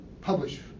publish